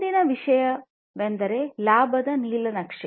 ಮುಂದಿನ ವಿಷಯವೆಂದರೆ ಲಾಭದ ನೀಲನಕ್ಷೆ